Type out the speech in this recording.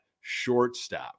shortstop